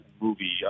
movie